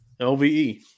LVE